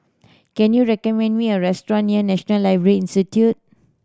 can you recommend me a restaurant near National Library Institute